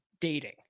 dating